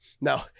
No